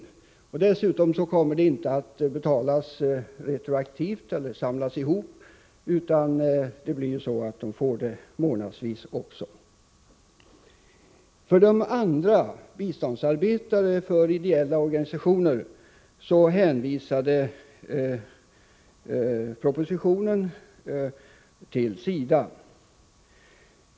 Dessutom kommer bidraget inte att betalas retroaktivt, utan de får det månadsvis. För biståndsarbetare för ideella organisationer hänvisade propositionen till SIDA.